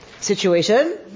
situation